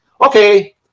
Okay